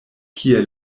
kie